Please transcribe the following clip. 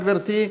גברתי,